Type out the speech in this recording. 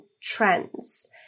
trends